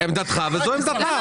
זו עמדתך וזו עמדתה.